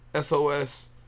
SOS